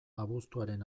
abuztuaren